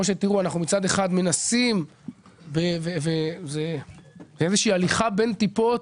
מצד אחד אנחנו מנסים באיזו שהיא הליכה בין טיפות,